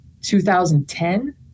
2010